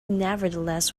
nevertheless